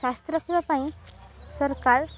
ସ୍ୱାସ୍ଥ୍ୟ ରଖିବା ପାଇଁ ସରକାର